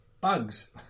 Bugs